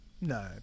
No